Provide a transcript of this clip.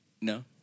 No